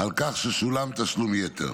על כך ששולם תשלום יתר.